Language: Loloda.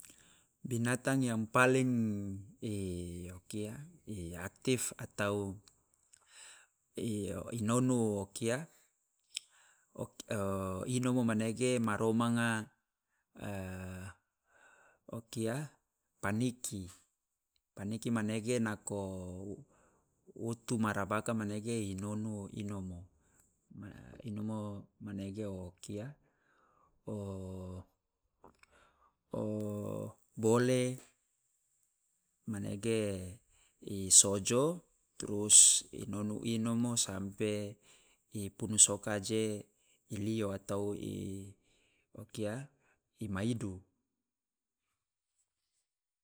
Binatang yang paling o kia i aktif atau i nonu o kia e inomo manege maromanga o kia paniki. Paniki manege nako utu marabaka manege inonu inomo. inomo manege o kia bole, maenege i sojo, trus inonu inomo sampe i punus oka je ilio atau i o kia i maidu.